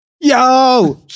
Yo